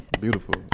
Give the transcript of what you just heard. Beautiful